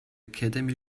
academy